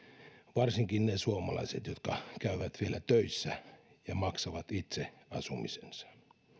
varsinkin ne suomalaiset jotka käyvät vielä töissä ja maksavat itse asumisensa